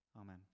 Amen